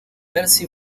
mercy